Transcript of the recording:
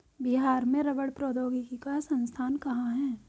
बिहार में रबड़ प्रौद्योगिकी का संस्थान कहाँ है?